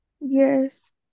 Yes